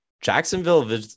Jacksonville